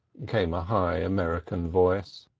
came a high american voice.